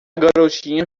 garotinha